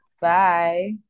Bye